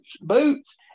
boots